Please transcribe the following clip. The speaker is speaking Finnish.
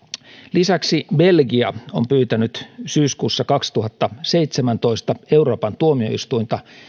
lisäksi belgia on pyytänyt syyskuussa kaksituhattaseitsemäntoista euroopan tuomioistuinta